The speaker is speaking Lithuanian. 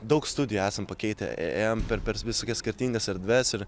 daug studijų esam pakeitę ėjom per per visokias skirtingas erdves ir